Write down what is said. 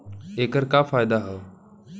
ऐकर का फायदा हव?